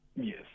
Yes